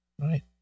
right